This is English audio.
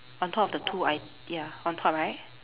on top of the two it~ ya on top right